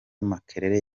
makerere